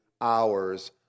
hours